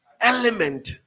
element